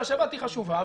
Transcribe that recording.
שהשבת היא חשובה,